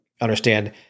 understand